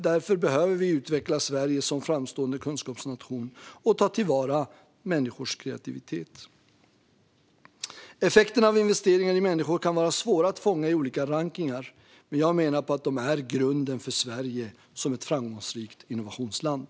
Därför behöver vi utveckla Sverige som framstående kunskapsnation och ta till vara människors kreativitet. Effekterna av investeringar i människor kan vara svåra att fånga i olika rankningar, men jag menar att de är grunden för Sverige som ett framgångsrikt innovationsland.